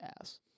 ass